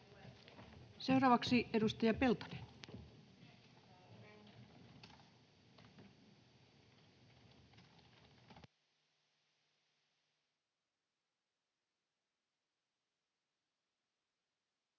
Seuraavaksi edustaja Peltonen.